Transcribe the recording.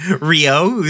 Rio